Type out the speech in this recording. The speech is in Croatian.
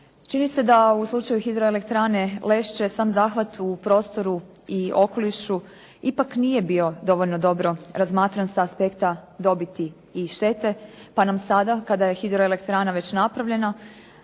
Čini se da u slučaju hidroelektrane Lešće sam zahvat u prostoru i okolišu ipak nije bio dovoljno dobro razmatran sa aspekta dobiti i štete, pa nam sada kada je hidroelektrana već napravljena